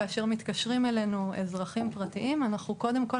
כאשר מתקשרים אלינו אזרחים פרטיים אנחנו קודם כול